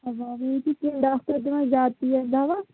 doctor دِوان زیادٕ تیز دوا